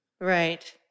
Right